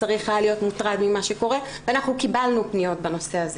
צריך היה להיות מוטרד ממה שקורה ואנחנו קיבלנו פניות בנושא הזה.